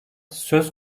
söz